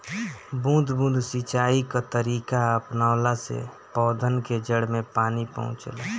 बूंद बूंद सिंचाई कअ तरीका अपनवला से पौधन के जड़ में पानी पहुंचेला